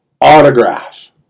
autograph